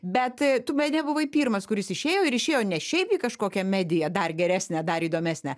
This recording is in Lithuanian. bet e tu bene buvai pirmas kuris išėjo ir išėjo ne šiaip į kokią mediją dar geresnę dar įdomesnę